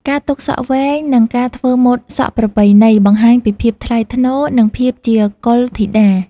ការទុកសក់វែង និងការធ្វើម៉ូតសក់ប្រពៃណី បង្ហាញពីភាពថ្លៃថ្នូរ និងភាពជាកុលធីតា។